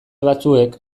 batzuek